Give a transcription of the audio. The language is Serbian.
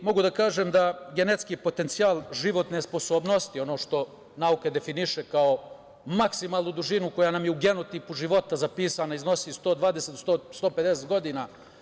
Mogu da kažem da genetski potencijal životne sposobnosti, ono što nauka definiše kao maksimalnu dužinu koja nam je u genotipu života zapisana, iznosi 120, 150 godina.